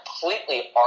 completely